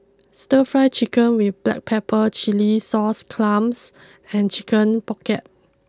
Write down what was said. Stir Fry Chicken with Black Pepper Chilli Sauce Clams and Chicken pocket